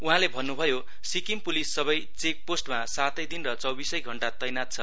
उहाँले भन्नुभयो सिक्किम पुलिस सबै चेकपोष्टमा सातै दिन र चौबीसै घण्डा तैनाथ छ